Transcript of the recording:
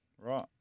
Right